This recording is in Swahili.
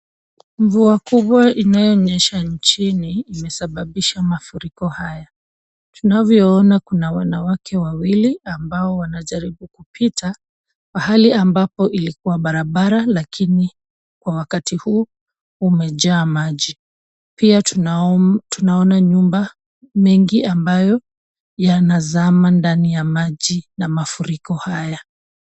Mvua kubwa inayonyesha nchini imesababisha mafuriko haya. Tunavyoona kuna wanawake wawili ambao wanajaribu kupita pahali ambapo ilikuwa barabara lakini kwa wakati huu umejaa maji. Pia tunaona nyumba mengi ambayo yanazama ndani ya maji na mafuriko haya.